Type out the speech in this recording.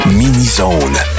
mini-zone